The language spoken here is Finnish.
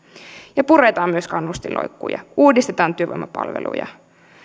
ja puretaan myös kannustinloukkoja uudistetaan työvoimapalveluja